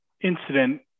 incident